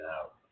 out